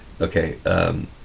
okay